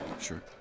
Sure